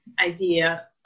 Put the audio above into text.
idea